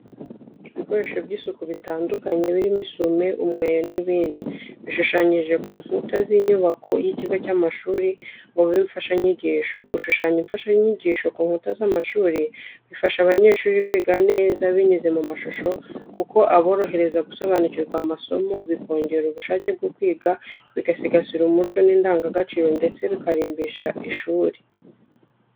Ibikoresho by'isuku bitandukanye birimo isuwime, umweyo n'ibindi bishushanyije ku nkuta z'inyubako y'ikigo cy'amashuri ngo bibe imfashanyigisho. Gushushanya imfashanyigisho ku nkuta z’amashuri bifasha abanyeshuri kwiga neza binyuze mu mashusho kuko aborohereza gusobanukirwa amasomo, bikongera ubushake bwo kwiga, bigasigasira umuco n’indangagaciro ndetse bikarimbisha ishuri.